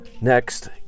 Next